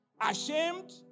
Ashamed